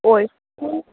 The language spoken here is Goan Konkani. वोय